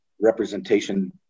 representation